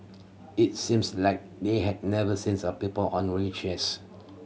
it seems like they had never since a people on wheelchairs